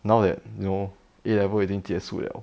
now that you know A level 已经结束了